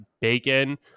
bacon